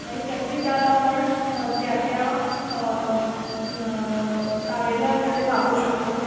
आणि त्याची दाद आपण त्या त्या कार्यालयाकडे मागू शकतो